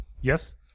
Yes